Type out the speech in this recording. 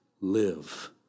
live